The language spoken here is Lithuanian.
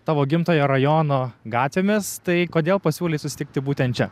tavo gimtojo rajono gatvėmis tai kodėl pasiūlei susitikti būtent čia